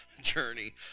journey